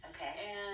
okay